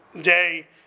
day